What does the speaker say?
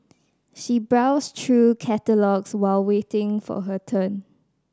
she browsed through catalogues while waiting for her turn